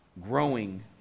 growing